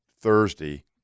Thursday